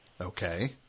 Okay